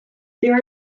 there